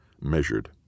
measured